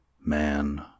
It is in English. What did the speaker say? man